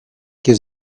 give